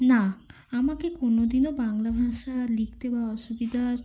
না আমাকে কোনোদিনও বাংলা ভাষা লিখতে বা অসুবিধার